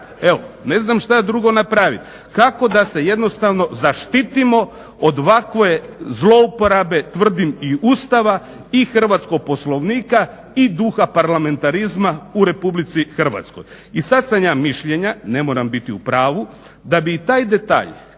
Ne znam šta drugo napravit. Kako da se jednostavno zaštitimo od ovakve zlouporabe tvrdim i Ustava i hrvatskog Poslovnika i duha parlamentarizma u Republici Hrvatskoj. I sad sam ja mišljenja, ne moram biti u pravu, da bi i taj detalj